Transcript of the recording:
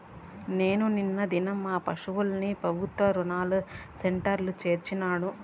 నేను నిన్న దినం మా పశుల్ని పెబుత్వ దాణా సెంటర్ల చేర్చినాడ